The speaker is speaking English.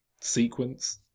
sequence